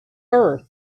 earth